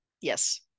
Yes